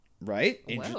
right